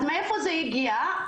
אז מאיפה זה הגיע?